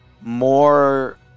more